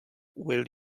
will